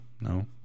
No